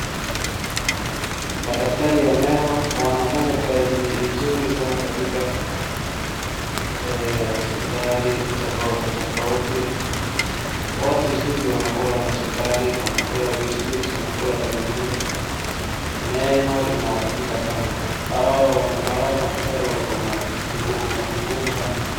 Madaktari ya meno wanafanya kazi mzuri sana katika, eeeh, hospitali tofauti tofauti. Watu sikuizi wanakula masukari, wanakula biscuit , wanakula peremende. Meno inaharibika sana. Hao madaktari wako na jukumu ngumu sana.